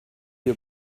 you